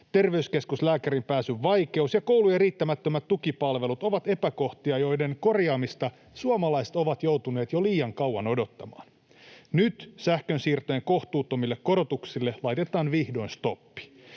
terveyskeskuslääkärille pääsyn vaikeus ja koulujen riittämättömät tukipalvelut ovat epäkohtia, joiden korjaamista suomalaiset ovat joutuneet jo liian kauan odottamaan. Nyt sähkön siirtohintojen kohtuuttomille korotuksille laitetaan vihdoin stoppi.